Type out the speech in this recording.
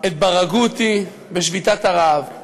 את ברגותי בשביתת הרעב.